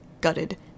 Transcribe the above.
gutted